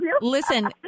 Listen